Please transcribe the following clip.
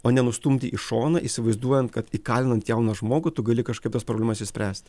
o ne nustumti į šoną įsivaizduojant kad įkalinant jauną žmogų tu gali kažkaip tas problemas išspręsti